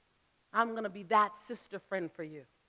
i'm gonna be that sister friend for you,